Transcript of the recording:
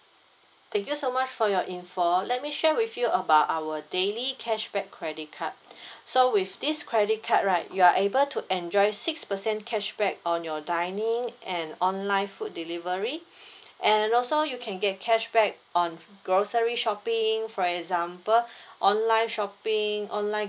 thank you so much for your info let me share with you about our daily cashback credit card so with this credit card right you are able to enjoy six percent cashback on your dining and online food delivery and also you can get cashback on grocery shopping for example online shopping online